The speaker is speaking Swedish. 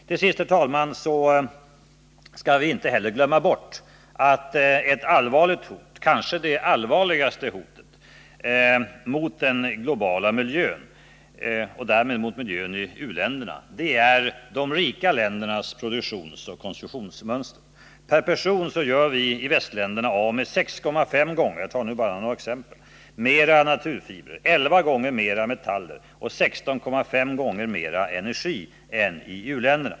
Till sist skall vi inte heller, herr talman, glömma bort att det kanske allvarligaste hotet mot den globala miljön, och därmed mot miljön i u-länderna, är de rika ländernas produktionsoch konsumtionsmönster. Per person gör västländerna av med — jag tar nu bara några exempel — 6.5 gånger mer naturfibrer, 11 gånger mer metaller och 16,5 gånger mer energi än u-länderna.